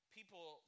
People